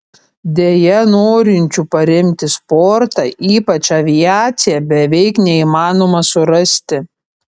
deja norinčių paremti sportą ypač aviaciją beveik neįmanoma surasti